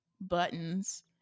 buttons